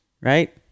right